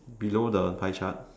it's below the pie chart